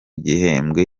gihembwe